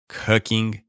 cooking